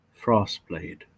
frostblade